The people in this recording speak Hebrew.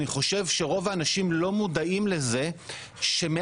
אני חושב שרוב האנשים לא מודעים לזה שמאז